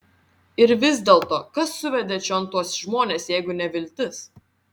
ir vis dėlto kas suvedė čion tuos žmones jeigu ne viltis